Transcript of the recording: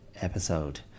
episode